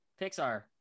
Pixar